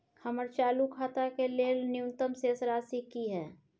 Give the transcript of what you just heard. हमर चालू खाता के लेल न्यूनतम शेष राशि की हय?